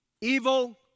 evil